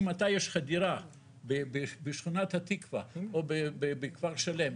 אם אתה יש לך דירה בשכונת התקווה או בכפר שלם,